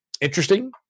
interesting